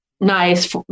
nice